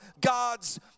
God's